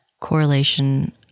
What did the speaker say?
correlation